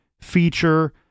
feature